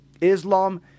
Islam